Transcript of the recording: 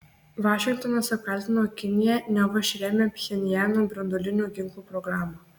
vašingtonas apkaltino kiniją neva ši remia pchenjano branduolinių ginklų programą